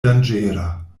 danĝera